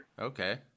Okay